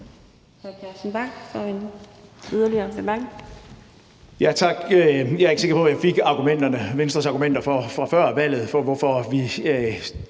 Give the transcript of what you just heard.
Tak. Jeg er ikke sikker på, at jeg fik Venstres argumenter fra før valget for, hvorfor vi